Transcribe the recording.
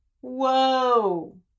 whoa